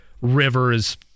Rivers –